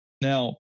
Now